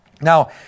Now